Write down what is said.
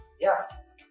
Yes